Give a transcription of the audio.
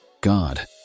God